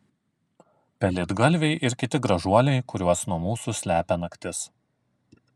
pelėdgalviai ir kiti gražuoliai kuriuos nuo mūsų slepia naktis